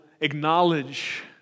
acknowledge